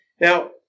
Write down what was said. Now